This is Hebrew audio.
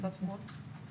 כמאל חואלד נמצא איתנו?